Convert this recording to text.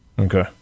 Okay